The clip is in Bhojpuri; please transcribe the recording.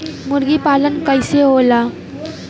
मुर्गी पालन कैसे होला?